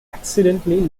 accidentally